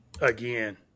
again